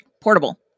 portable